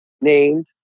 named